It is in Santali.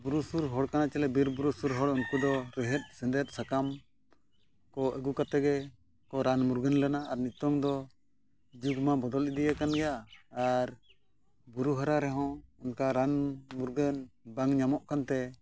ᱵᱩᱨᱩ ᱥᱩᱨ ᱦᱚᱲ ᱠᱟᱱᱟ ᱪᱮᱞᱮ ᱵᱤᱨᱼᱵᱩᱨᱩ ᱥᱩᱨ ᱦᱚᱲ ᱩᱱᱠᱩ ᱫᱚ ᱨᱮᱦᱮᱫᱼᱥᱮᱸᱫᱮᱛ ᱥᱟᱠᱟᱢ ᱠᱚ ᱟᱹᱜᱩ ᱠᱟᱛᱮᱫ ᱜᱮᱠᱚ ᱨᱟᱱᱼᱢᱩᱨᱜᱟᱹᱱ ᱞᱮᱱᱟ ᱟᱨ ᱱᱤᱛᱚᱜ ᱫᱚ ᱡᱩᱜᱽ ᱢᱟ ᱵᱚᱫᱚᱞ ᱤᱫᱤ ᱟᱠᱟᱱ ᱜᱮᱭᱟ ᱟᱨ ᱵᱩᱨᱩ ᱦᱟᱨᱟ ᱨᱮᱦᱚᱸ ᱚᱱᱠᱟᱱ ᱨᱟᱱᱼᱢᱩᱨᱜᱟᱹᱱ ᱵᱟᱝ ᱧᱟᱢᱚᱜ ᱠᱟᱱᱛᱮ